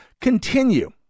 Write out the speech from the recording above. continue